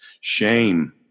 shame